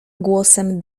głosem